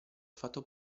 fatto